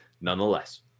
nonetheless